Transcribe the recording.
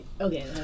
Okay